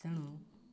ତେଣୁ